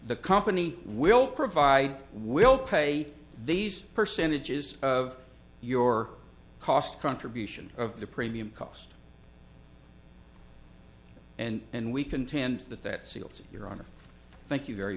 the company will provide we'll pay these percentages of your cost contribution of the premium cost and we contend that that seals your honor thank you very